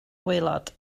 gwaelod